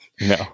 No